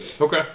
Okay